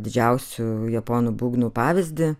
didžiausių japonų būgnų pavyzdį